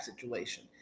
situation